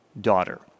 daughter